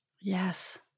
Yes